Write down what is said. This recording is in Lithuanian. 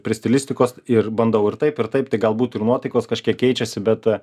prie stilistikos ir bandau ir taip ir taiptai galbūt ir nuotaikos kažkiek keičiasi bet